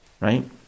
right